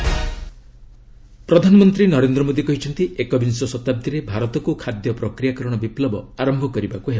PM agriculture ପ୍ରଧାନମନ୍ତ୍ରୀ ନରେନ୍ଦ୍ର ମୋଦୀ କହିଛନ୍ତି ଏକବିଂଶ ଶତାବ୍ଦୀରେ ଭାରତକ୍ ଖାଦ୍ୟ ପ୍ରକ୍ରିୟାକରଣ ବିପୁବ ଆରମ୍ଭ କରିବାକୃ ହେବ